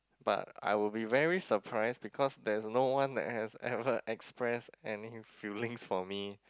but I would be very surprised because there is no one that has ever expressed any feelings for me